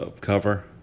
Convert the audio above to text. cover